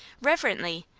reverently,